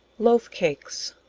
loaf cakes.